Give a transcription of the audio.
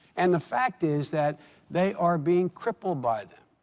and the fact is that they are being crippled by them.